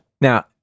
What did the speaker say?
Now